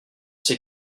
ces